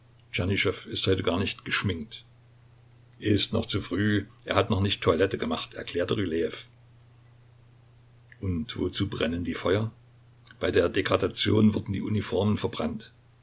ist heute gar nicht geschminkt ist noch zu früh er hat noch nicht toilette gemacht erklärte rylejew und wozu brennen die feuer bei der degradation wurden die uniformen verbrannt